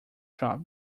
shop